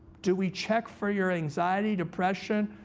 do we check for your anxiety, depression,